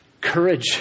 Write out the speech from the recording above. courage